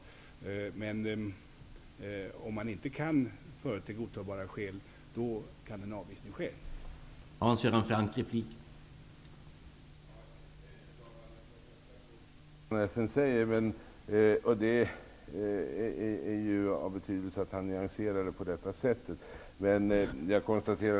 Om godtag bara skäl inte kan företes bör dock en avvisning kunna ske.